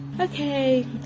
Okay